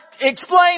explain